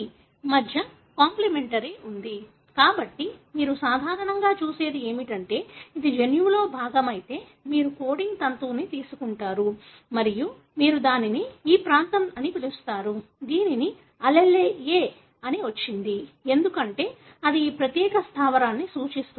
మధ్య కాంప్లిమెంటరీ ఉంది కాబట్టి మీరు సాధారణంగా చూసేది ఏమిటంటే ఇది జన్యువులో భాగమైతే మీరు కోడింగ్ తంతువును తీసుకుంటారు మరియు మీరు దానిని ఈ ప్రాంతం అని పిలుస్తారు దీనికి అల్లెలే ఎ వచ్చింది ఎందుకంటే అది ఈ ప్రత్యేక స్థావరాన్ని సూచిస్తుంది